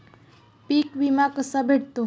पीक विमा कसा भेटतो?